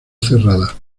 cerrada